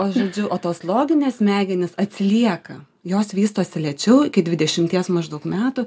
o žodžiu o tos loginės smegenys atsilieka jos vystosi lėčiau iki dvidešimties maždaug metų